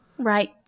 Right